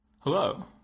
Hello